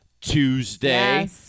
Tuesday